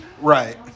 Right